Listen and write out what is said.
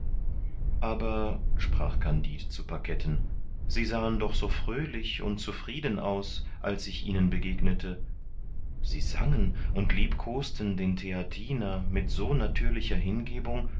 aber sprach kandid zu paketten sie sahen doch so fröhlich und zufrieden aus als ich ihnen begegnete sie sangen und liebkosten den theatiner mit so natürlicher hingebung